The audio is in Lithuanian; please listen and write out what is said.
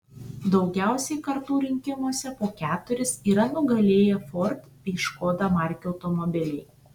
daugiausiai kartų rinkimuose po keturis yra nugalėję ford bei škoda markių automobiliai